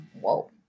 whoa